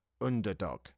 underdog